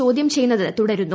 ചോദ്യം ചെയ്യുന്നത് തുടരുന്നു